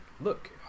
look